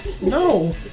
No